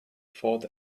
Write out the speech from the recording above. thought